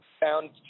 found